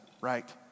Right